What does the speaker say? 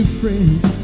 friends